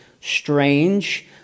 strange